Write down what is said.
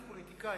כפוליטיקאים,